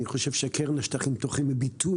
אני חושב שהקרן לשטחים פתוחים היא ביטוי